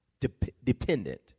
Dependent